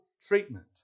treatment